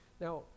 Now